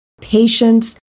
patience